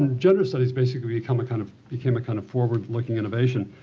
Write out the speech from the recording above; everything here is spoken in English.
gender studies basically became a kind of became a kind of forward-looking innovation.